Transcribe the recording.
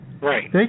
Right